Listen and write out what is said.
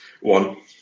One